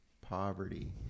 poverty